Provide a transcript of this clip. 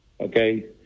Okay